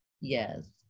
yes